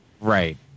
Right